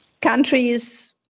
countries